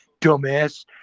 dumbass